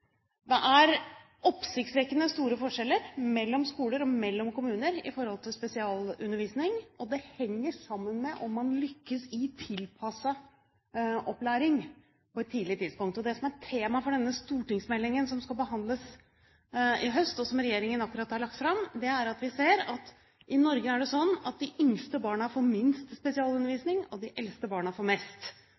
Det er oppsiktsvekkende store forskjeller mellom skoler og mellom kommuner når det gjelder spesialundervisning, og det henger sammen med om man lykkes i tilpasset opplæring på et tidlig tidspunkt. Det som er et tema for denne stortingsmeldingen som skal behandles til høsten, og som regjeringen akkurat har lagt fram, er at vi ser at i Norge får de yngste barna minst spesialundervisning, og de eldste barna får mest.